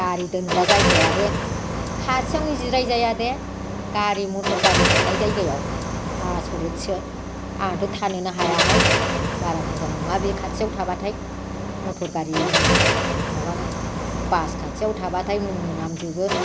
गारि दोनग्रा जायगायाबो खाथियावनो जिराय जाया दे गारि मटर थानाय जायगायाव आसरिथसो आंथ' थानोनो हायाहाय बारा मोजां नङा बे खाथियाव थाबाथाय मटर गारिनि माबा बास खाथियाव थाबाथाय मोनामजोबो